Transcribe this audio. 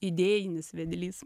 idėjinis vedlys